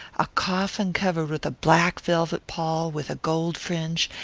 a coffin covered with a black velvet pall with a gold fringe,